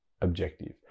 objective